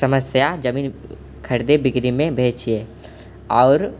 समस्या जमीन खरीदे बिक्रीमे भए छियै आओर